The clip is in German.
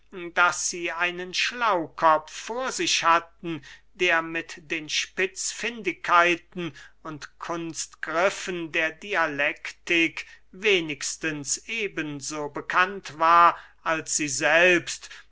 daß sie einen schlaukopf vor sich hatten der mit den spitzfindigkeiten und kunstgriffen der dialektik wenigstens eben so bekannt war als sie selbst